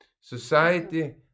society